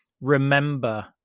remember